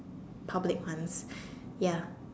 public ones ya